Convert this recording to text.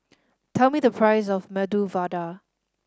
tell me the price of Medu Vada